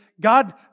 God